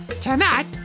Tonight